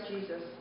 Jesus